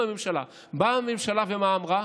באה הממשלה ומה אמרה?